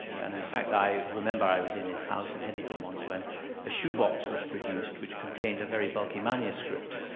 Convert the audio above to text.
and in fact i remember i was in his house in headington once when a shoebox was produced which contained a very bulky manuscript,